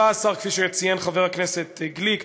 כפי שציין חבר הכנסת גליק,